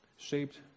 shaped